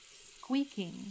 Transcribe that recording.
squeaking